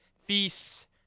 feasts